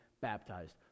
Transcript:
baptized